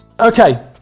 Okay